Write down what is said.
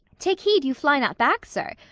take heed you fly not back sir,